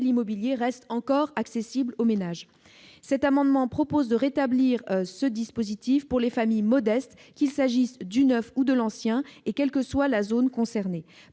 l'immobilier restent encore accessibles aux ménages. Cet amendement vise à rétablir ce dispositif pour les familles modestes, qu'il s'agisse du neuf ou de l'ancien et quelle que soit la zone concernée.